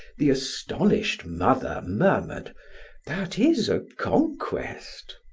the astonished mother murmured that is a conquest.